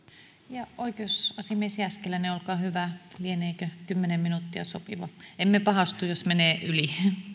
ja oikeusasiamies jääskeläinen olkaa hyvä lieneekö kymmenen minuuttia sopiva emme pahastu jos menee yli